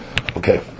Okay